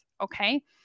Okay